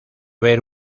ver